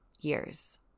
years